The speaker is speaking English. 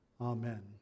Amen